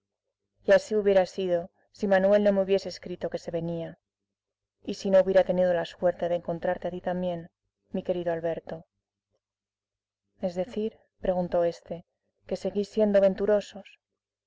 y así hubiera sido si manuel no me hubiese escrito que se venía y si no hubiera tenido la suerte de encontrarte también a ti mi querido alberto es decir preguntó este que seguís siendo venturosos